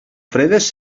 fredes